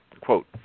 Quote